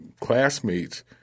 classmates